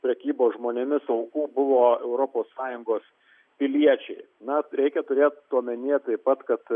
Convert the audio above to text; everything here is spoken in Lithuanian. prekybos žmonėmis aukų buvo europos sąjungos piliečiai na reikia turėt omenyje taip pat kad